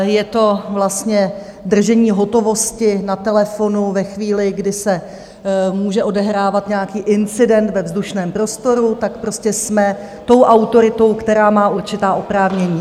Je to vlastně držení hotovosti na telefonu ve chvíli, kdy se může odehrávat nějaký incident ve vzdušném prostoru, tak prostě jsme tou autoritou, která má určitá oprávnění.